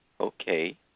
okay